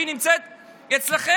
שהיא נמצאת אצלכם.